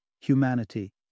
humanity